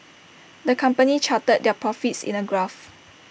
the company charted their profits in A graph